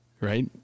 right